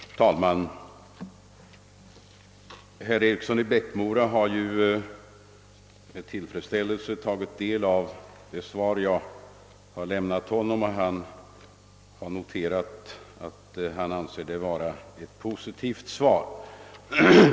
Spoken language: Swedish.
Herr talman! Herr Eriksson i Bäckmora har ju med tillfredsställelse tagit del av det svar jag lämnat honom, och han har noterat att han anser det vara ett positivt svar.